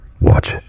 watch